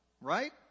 right